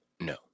No